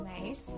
Nice